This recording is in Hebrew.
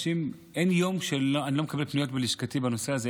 אין יום שאני לא מקבל פניות ללשכתי בעניין הזה.